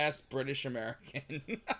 British-American